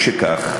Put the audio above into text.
משכך,